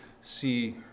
see